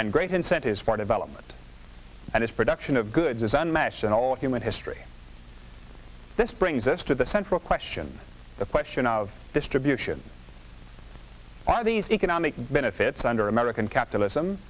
and great incentives for development and its production of good design mesh and all of human history this brings us to the central question the question of distribution are these economic benefits under american capitalism